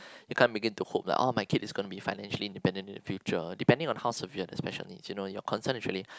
you can't make it to hope lah oh my kid is going to be financially independent in the future depending on how severe the special need you know your concern is really